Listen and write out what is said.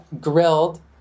grilled